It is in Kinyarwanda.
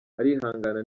arihangana